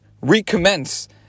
recommence